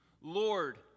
Lord